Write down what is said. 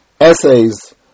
essays